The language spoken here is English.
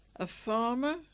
a farmer,